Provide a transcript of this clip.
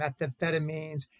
methamphetamines